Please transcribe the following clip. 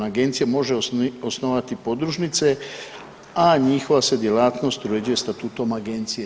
Agencija može osnovati podružnice, a njihova se djelatnost uređuje statutom agencije.